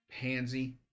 pansy